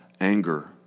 anger